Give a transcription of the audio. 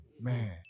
Man